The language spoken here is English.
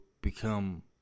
become